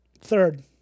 Third